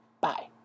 Bye